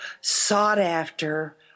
sought-after